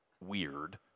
weird